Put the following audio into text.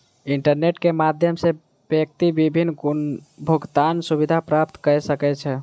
internet के माध्यम सॅ व्यक्ति विभिन्न भुगतान सुविधा प्राप्त कय सकै छै